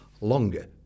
longer